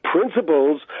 principles